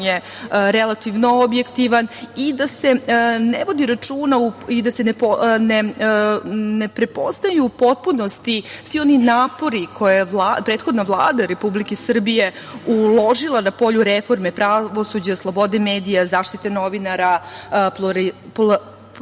on relativno objektivan i da se ne vodi računa i da se ne prepoznaju potpunosti svi oni napori koje je prethodna Vlada Republike Srbije uložila na polju reforme pravosuđa, slobode medija, zaštite novinara, pluralizam